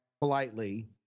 politely